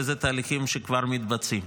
ואלה תהליכים שכבר מתבצעים.